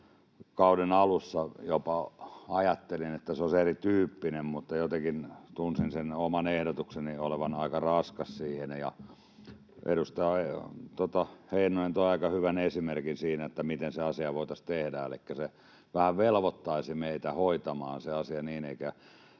kauden alussa jopa ajattelin tuota asiaa, että se käsittely olisi erityyppinen, mutta jotenkin tunsin sen oman ehdotukseni olevan aika raskas siihen. Edustaja Heinonen toi aika hyvän esimerkin siitä, miten se asia voitaisiin tehdä, ja se vähän velvoittaisi meitä hoitamaan sen asian niin, eikä